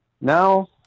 Now